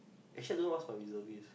actually I don't know what's my reservist